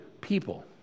people